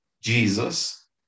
Jesus